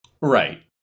Right